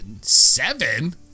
Seven